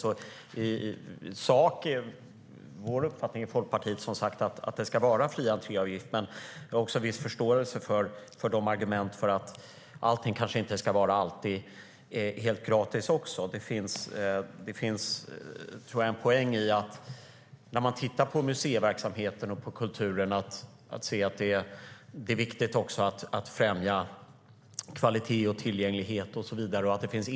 Folkpartiets uppfattning är att det ska vara fri entré, men jag har viss förståelse för argumentet att allt inte alltid ska vara helt gratis. Det finns en poäng i att det är viktigt att främja kvalitet i och tillgänglighet till museiverksamhet och kultur.